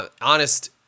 honest